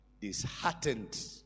disheartened